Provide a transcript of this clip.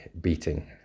beating